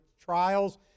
trials